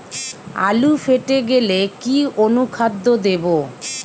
আলু ফেটে গেলে কি অনুখাদ্য দেবো?